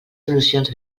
solucions